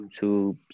youtube